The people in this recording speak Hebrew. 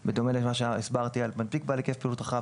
בדומה למה שהסברתי על מנפיק בעל היקף פעילות רחב,